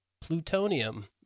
plutonium